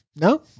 No